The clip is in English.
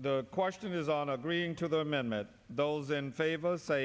the question is on agreeing to the amendment those in favor say